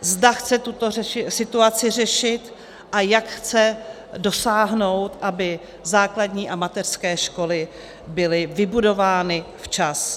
zda chce tuto situaci řešit a jak chce dosáhnout, aby základní a mateřské školy byly vybudovány včas.